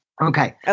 Okay